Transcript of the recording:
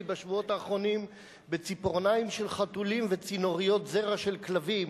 בשבועות האחרונים בציפורניים של חתולים וצינוריות זרע של כלבים,